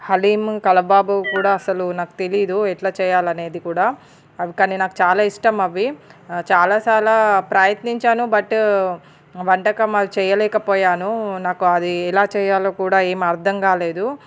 haleem kebab కూడా అసలు నాకు తెలీదు ఎట్లా చేయాలనేది కూడా అది కానీ నాకు చాలా ఇష్టం అవి చాలా చాలా ప్రయత్నించాను బట్ వంటకం అది చేయలేకపోయాను నాకు అది ఎలా చేయాలో కూడా ఏం అర్థం కాలేదు